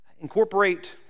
Incorporate